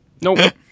Nope